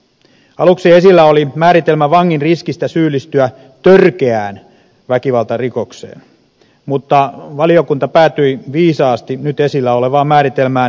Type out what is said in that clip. aluksi esillä oli määritelmä vangin riskistä syyllistyä törkeään väkivaltarikokseen mutta valiokunta päätyi viisaasti nyt esillä olevaan määritelmään